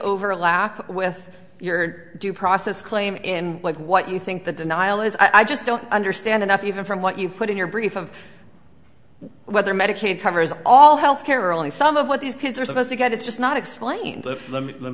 overlap with your due process claim in what you think the denial is i just don't understand enough even from what you put in your brief of whether medicaid covers all health care only some of what these kids are supposed to get it's just not explained